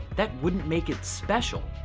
that wouldn't make it special.